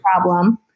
problem